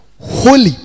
holy